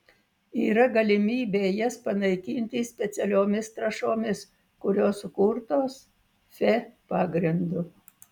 yra galimybė jas panaikinti specialiomis trąšomis kurios sukurtos fe pagrindu